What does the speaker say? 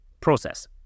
process